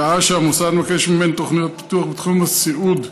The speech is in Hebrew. שעה שהמוסד מבקש לממן תוכניות פיתוח בתחום הסיעוד,